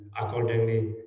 accordingly